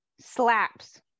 Slaps